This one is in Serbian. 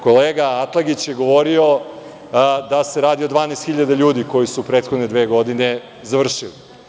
Kolega Atlagić je govorio da se radi o 12.000 ljudi koji su u prethodne dve godine završili.